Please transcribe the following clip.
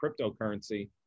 cryptocurrency